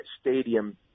stadium